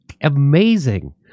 amazing